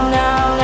now